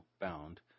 bound